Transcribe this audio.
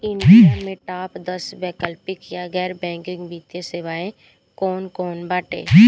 India में top दस वैकल्पिक या गैर बैंकिंग वित्तीय सेवाएं कौन कोन बाटे?